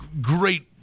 great